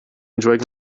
enjoying